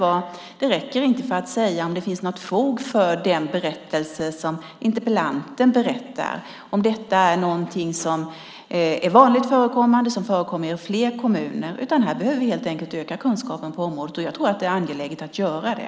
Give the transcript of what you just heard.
Men det räcker inte för att säga om det finns någon grund för den berättelse som interpellanten återger och om det är något som är vanligt förekommande som förekommer i fler kommuner. Här behöver vi helt enkelt öka kunskapen på området, och det är angeläget att göra det.